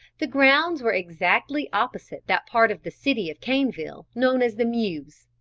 the grounds were exactly opposite that part of the city of caneville known as the mews,